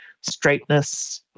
straightness